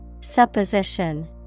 Supposition